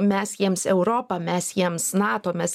mes jiems europa mes jiems nato mes